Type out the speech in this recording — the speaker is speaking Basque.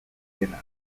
dena